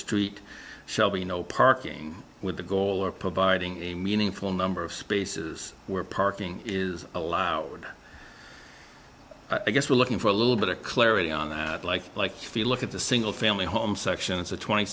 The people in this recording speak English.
street shall be no parking with the goal or providing a meaningful number of spaces where parking is allowed i guess we're looking for a little bit of clarity on that like like feel look at the single family home section of the twenty